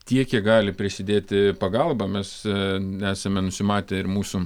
tiek kiek gali prisidėti pagalba mes esame nusimatę ir mūsų